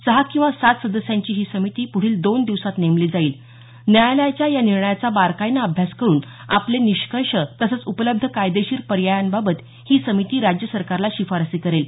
सहा किंवा सात सदस्यांची ही समिती पुढील दोन दिवसांत नेमली जाईल न्यायालयाच्या या निर्णयाचा बारकाईने अभ्यास करून आपले निष्कर्ष तसंच उपलब्ध कायदेशीर पर्यायांबाबत ही समिती राज्य सरकारला शिफारसी करेल